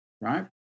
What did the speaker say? right